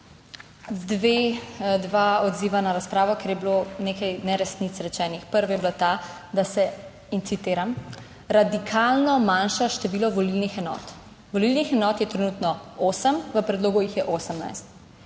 dva odziva na razpravo, ker je bilo nekaj neresnic rečenih. Prva je bila ta, da se, in citiram: "radikalno manjša število volilnih enot". Volilnih enot je trenutno 8, **34.